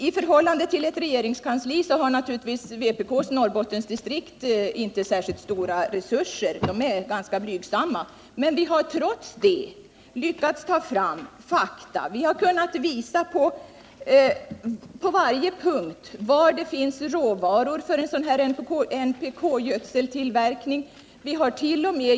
I förhållande till ett regeringskansli har naturligtvis vpk:s Norrbottensdi strikt inte särskilt stora resurser, utan de är ganska blygsamma. Men vi har trots detta lyckats ta fram fakta. Vi har på varje punkt kunnat visa var råvarorna finns för en NPK-gödseltillverkning. Vi hart.o.m.